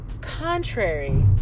Contrary